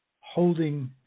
holding